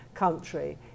Country